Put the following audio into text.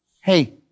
hey